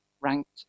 ranked